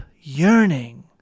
yearning